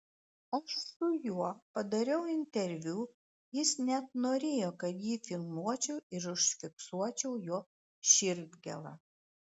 aš su juo padariau interviu jis net norėjo kad jį filmuočiau ir užfiksuočiau jo širdgėlą